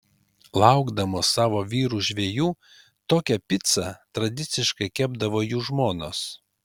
laukdamos savo vyrų žvejų tokią picą tradiciškai kepdavo jų žmonos